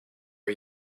are